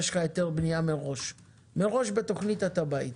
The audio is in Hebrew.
יש לך היתר בנייה מראש בתוכנית התב"עית.